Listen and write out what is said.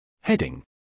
Heading